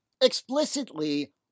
explicitly